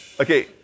Okay